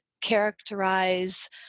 characterize